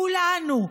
כולנו,